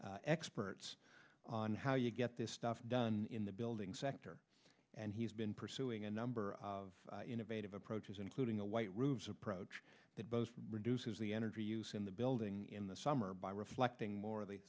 experts on how you get this stuff done in the building sector and he's been pursuing a number of innovative approaches including a white rube's approach that both reduces the energy use in the building in the summer by reflecting more